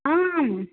आम्